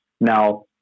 Now